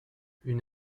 une